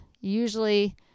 usually